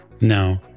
No